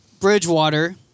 Bridgewater